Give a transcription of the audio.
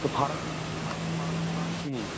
تہٕ فرق گٔیہِ نہٕ فرق فرق چھُنہٕ باسان کِہیٖنۍ